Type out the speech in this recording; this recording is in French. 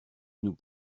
nous